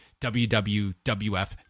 WWWF